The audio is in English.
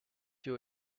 you